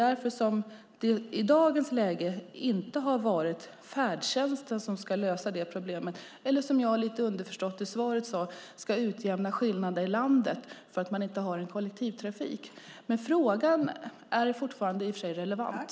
I dagens läge är det inte färdtjänsten som ska lösa det problemet och, som det står lite underförstått i svaret, utjämna skillnader i landet där man inte har kollektivtrafik. Frågan är i och för sig fortfarande relevant.